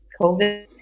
covid